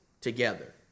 together